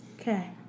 Okay